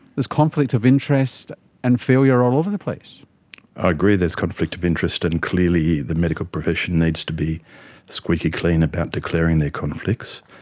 there's conflict of interest and failure all over the place. i agree there's conflict of interest and clearly the medical profession needs to be squeaky clean about declaring their conflicts.